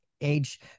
age